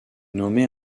nommée